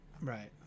Right